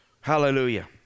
Hallelujah